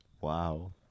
Wow